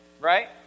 right